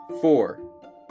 four